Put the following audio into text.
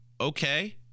Okay